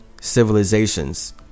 civilizations